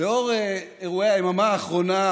לאור אירועי היממה האחרונה,